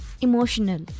Emotional